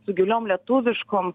su giliom lietuviškom